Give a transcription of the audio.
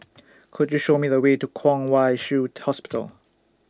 Could YOU Show Me The Way to Kwong Wai Shiu Hospital